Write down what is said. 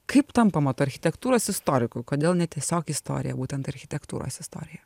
kaip tampama tuo architektūros istoriku kodėl ne tiesiog istorija būtent architektūros istorija